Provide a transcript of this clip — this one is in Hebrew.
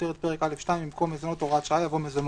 בכותרת פרק א'2 במקום 'מזונות הוראת שעה' יבוא 'מזונות'.